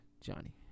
Johnny